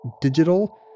digital